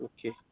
Okay